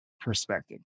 perspective